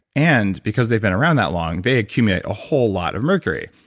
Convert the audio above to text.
and because they've been around that long, they accumulate a whole lot of mercury.